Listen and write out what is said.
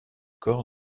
corps